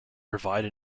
provide